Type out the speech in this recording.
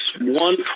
one